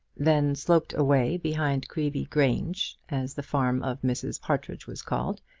then sloped away behind creevy grange, as the farm of mrs. partridge was called,